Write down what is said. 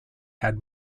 had